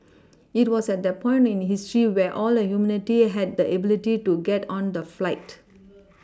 it was at that point in history where all the humanity had the ability to get on the flight